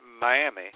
Miami